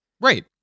right